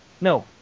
no